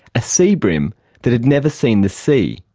a sea bream that had never seen the sea,